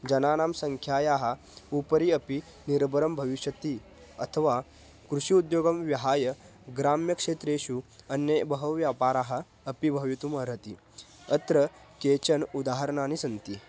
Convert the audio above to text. जनानां सङ्ख्यायाः उपरि अपि निर्भरं भविष्यति अथवा कृषि उद्योगं विहाय ग्राम्यक्षेत्रेषु अन्ये बहवः व्यापाराः अपि भवितुम् अर्हन्ति अत्र कानिचन उदाहरणानि सन्ति